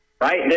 right